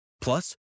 Plus